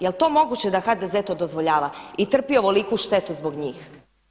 Jel' to moguće da HDZ-e to dozvoljava i trpi ovoliku štetu zbog njih?